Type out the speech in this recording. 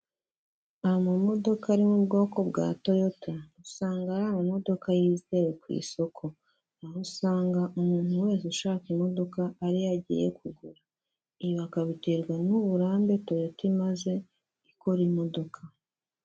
Amamodoka ari mu bwoko bwa Toyoto usanga ari amamodoka yizewe ku isoko, aho usanga umuntu wese ushaka imodoka ariyo agiye kugura, ibi bakabiterwa n'uburambe Toyota imaze ikora imodoka.